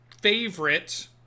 favorite